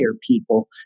people